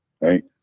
right